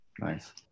nice